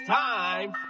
time